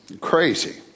crazy